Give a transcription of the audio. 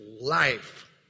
life